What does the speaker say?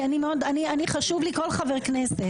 אני מאוד אני חשוב לי כל חבר כנסת.